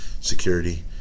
security